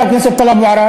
חבר הכנסת טלב אבו עראר,